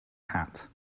hat